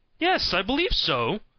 yes, i believe so,